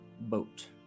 boat